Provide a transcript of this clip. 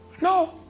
no